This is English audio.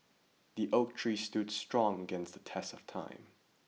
the oak tree stood strong against the test of time